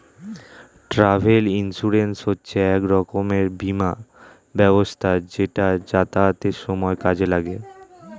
travel insurance হচ্ছে এক রকমের বীমা ব্যবস্থা যেটা যাতায়াতের সময় কাজে লাগে